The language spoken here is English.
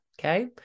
okay